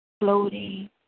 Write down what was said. floating